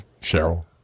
Cheryl